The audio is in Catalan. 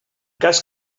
cas